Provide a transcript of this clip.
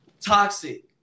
Toxic